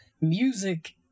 Music